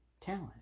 talent